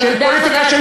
של פוליטיקה של